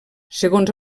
segons